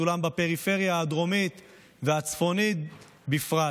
אולם בפריפריה הדרומית והצפונית בפרט.